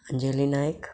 Anjali Naik